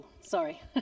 sorry